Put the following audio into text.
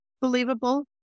believable